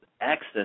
access